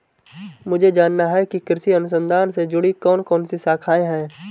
मुझे जानना है कि कृषि अनुसंधान से जुड़ी कौन कौन सी शाखाएं हैं?